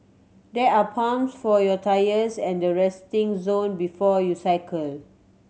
there are pumps for your tyres at the resting zone before you cycle